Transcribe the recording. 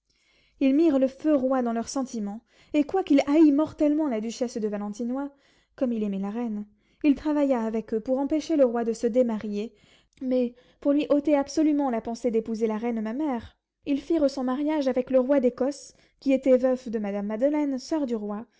ils mirent le feu roi dans leurs sentiments et quoiqu'il haït mortellement la duchesse de valentinois comme il aimait la reine il travailla avec eux pour empêcher le roi de se démarier mais pour lui ôter absolument la pensée d'épouser la reine ma mère ils firent son mariage avec le roi d'écosse qui était veuf de madame magdeleine soeur du roi